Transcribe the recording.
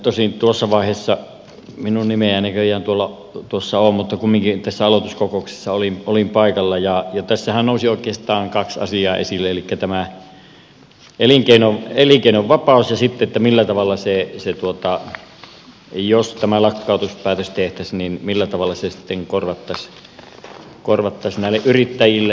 tosin tuossa vaiheessa minun nimeäni ei näköjään tuossa ole mutta kumminkin tässä aloituskokouksessa olin paikalla ja tässähän nousi oikeastaan kaksi asiaa esille elikkä tämä elinkeinonvapaus ja sitten se että jos tämä lakkautuspäätös tehtäisiin millä tavalla se sitten korvattaisiin näille yrittäjille